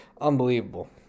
Unbelievable